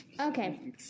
Okay